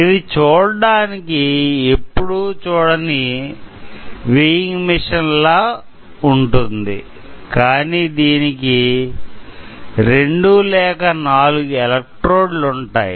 ఇది చూడడానికి ఎప్పుడు చూడని వెయింగ్ మెషీన్ లా ఉంటుంది కానీ దీనికి రెండు లేక నాలుగు ఎలక్ట్రోడ్లు ఉంటాయి